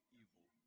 evil